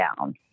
down